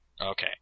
Okay